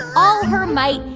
all her might,